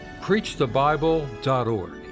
PreachTheBible.org